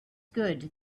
good